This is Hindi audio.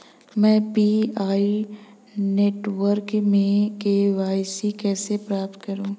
मैं पी.आई नेटवर्क में के.वाई.सी कैसे प्राप्त करूँ?